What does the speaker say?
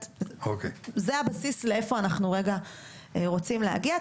זה הבסיס לאיפה אנחנו רגע רוצים להגיע,